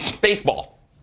Baseball